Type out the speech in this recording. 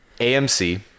AMC